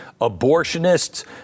abortionists